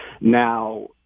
Now